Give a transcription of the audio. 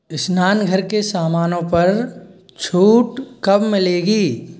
स्नानघर के सामानों पर छूट कब मिलेगी